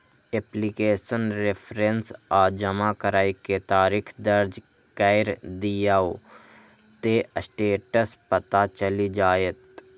application reference आ जमा करै के तारीख दर्ज कैर दियौ, ते स्टेटस पता चलि जाएत